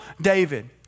David